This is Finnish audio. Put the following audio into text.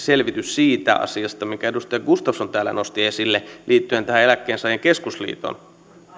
selvitys siitä asiasta minkä edustaja gustafsson täällä nosti esille liittyen tähän eläkkeensaajien keskusliiton